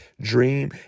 dream